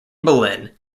boleyn